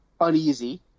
uneasy